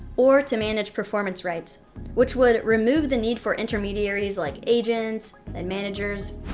or to manage performance rights which would remove the need for intermediaries like agents and managers.